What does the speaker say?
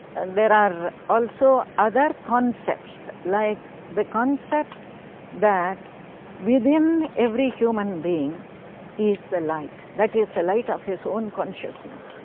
there are also other concepts like the concept that within every human being is the light, that is, the light of his own consciousness.